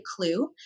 clue